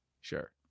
Sure